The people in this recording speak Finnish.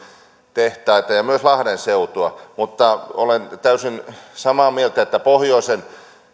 tehtaita ja myös lahden seutua mutta olen täysin samaa mieltä että pohjoisen